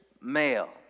male